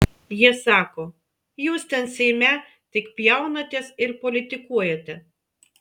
jie sako jūs ten seime tik pjaunatės ir politikuojate